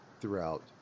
throughout